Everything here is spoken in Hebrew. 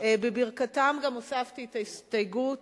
בברכתם גם הוספתי הסתייגות